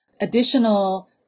additional